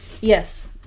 Yes